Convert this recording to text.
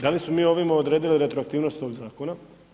Da li smo mi ovime odredili retroaktivnost tog zakona?